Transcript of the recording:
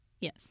Yes